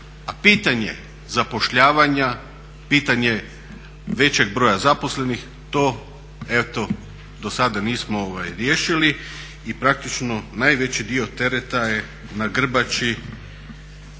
A pitanje zapošljavanja, pitanje većeg broja zaposlenih to eto do sada nismo riješili i praktično najveći dio tereta je na grbači